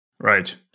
Right